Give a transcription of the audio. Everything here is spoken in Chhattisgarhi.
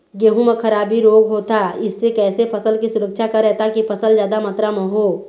गेहूं म खराबी रोग होता इससे कैसे फसल की सुरक्षा करें ताकि फसल जादा मात्रा म हो?